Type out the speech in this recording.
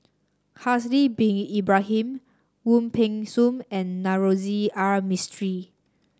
Haslir Bin Ibrahim Wong Peng Soon and Navroji R Mistri